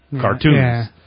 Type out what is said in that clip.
cartoons